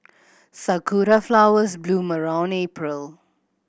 sakura flowers bloom around April